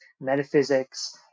metaphysics